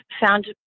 found